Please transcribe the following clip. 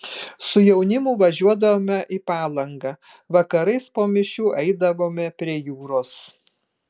su jaunimu važiuodavome į palangą vakarais po mišių eidavome prie jūros